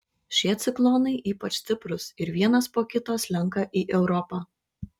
šie ciklonai ypač stiprūs ir vienas po kito slenka į europą